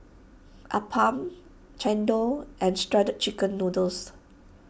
Appam Chendol and Shredded Chicken Noodles